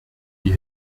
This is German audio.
die